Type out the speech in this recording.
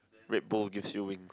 Red-Bull gives you wings